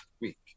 week